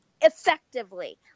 effectively